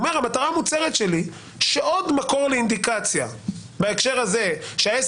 הוא אומר: המטרה המוצהרת שלי שיש עוד מקור של אינדיקציה בהקשר הזה שבעסק